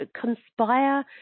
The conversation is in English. Conspire